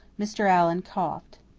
mr. allan coughed.